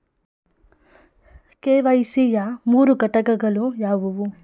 KYC ಯ ಮೂರು ಘಟಕಗಳು ಯಾವುವು?